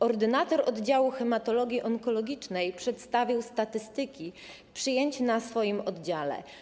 Ordynator oddziału hematologii onkologicznej przedstawił statystyki przyjęć na swoim oddziale.